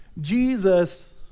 Jesus